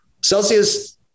Celsius